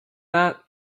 that